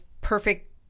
perfect